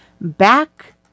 Back